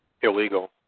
illegal